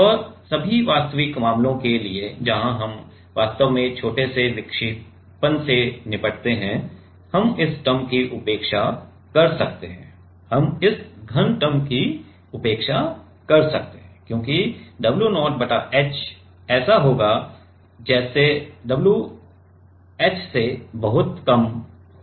और सभी वास्तविक मामलों के लिए जहां हम वास्तव में छोटे विक्षेपण से निपटते हैं हम इस टर्म की उपेक्षा कर सकते हैं हम इस घन टर्म की उपेक्षा कर सकते हैं क्योंकि W0 बटा h ऐसा होगा जैसे W0 h से बहुत कम होगा